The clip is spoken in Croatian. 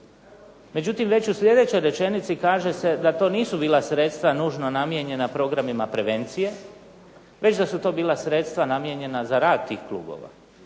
Međutim, već u sljedećoj rečenici kaže se da to nisu bila sredstva nužno namijenjena programima prevencije, već da su to bila sredstva namijenjena za rad tih klubova.